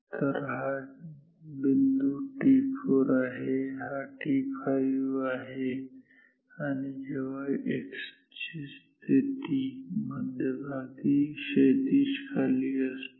तर हा बिंदू t4 आहे हा t5 बिंदू आहे जेव्हा x ची स्थिती मध्यभागी क्षैतिज खाली असते